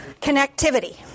connectivity